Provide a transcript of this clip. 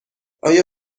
آیا